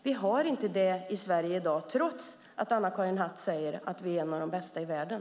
Det har vi inte i Sverige i dag, trots att Anna-Karin Hatt säger att vi är ett av de bästa länderna i världen.